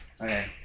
Okay